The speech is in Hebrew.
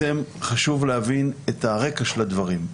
חשוב להבין את הרקע של הדברים.